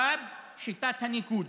התשובה, שיטת הניקוד.